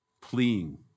pleading